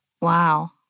Wow